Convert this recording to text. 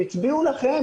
הם הצביעו לכם,